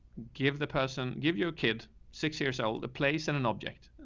give the person, give your kid six years old, a place and an object,